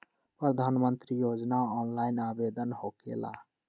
प्रधानमंत्री योजना ऑनलाइन आवेदन होकेला?